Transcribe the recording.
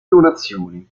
donazioni